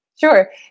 Sure